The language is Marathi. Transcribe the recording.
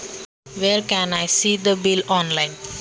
मला ऑनलाइन बिल कुठे पाहायला मिळेल?